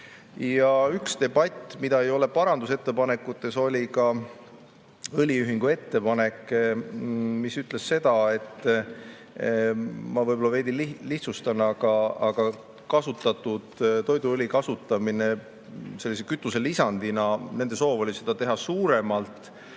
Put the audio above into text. Ja üks debatt, mida ei ole parandusettepanekutes, oli ka õliühingu ettepanek, mis ütles seda, et – ma võib-olla veidi lihtsustan –, kasutatud toiduõli kasutamine sellise kütuselisandina, nende soov oli seda teha suuremalt.